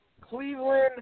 Cleveland